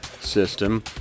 system